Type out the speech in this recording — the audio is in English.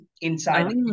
inside